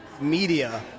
media